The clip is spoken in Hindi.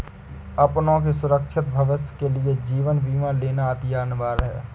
अपनों के सुरक्षित भविष्य के लिए जीवन बीमा लेना अति अनिवार्य है